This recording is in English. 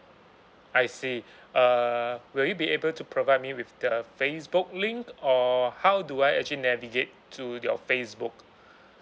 I see uh will you be able to provide me with the facebook link or how do I actually navigate to your facebook